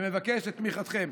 ומבקש את תמיכתכם.